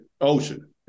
ocean